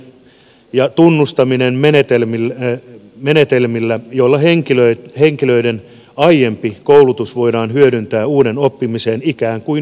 osaaminen tulee tunnistaa ja tunnustaa menetelmillä joilla henkilöiden aiempi koulutus voidaan hyödyntää uuden oppimiseen ikään kuin hyväksilukea